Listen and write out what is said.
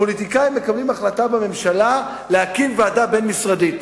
הפוליטיקאים מקבלים החלטה בממשלה להקים ועדה בין-משרדית.